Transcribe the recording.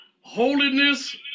Holiness